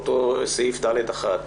באותו סעיף (ד)(1),